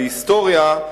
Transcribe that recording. להיסטוריה,